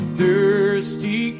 thirsty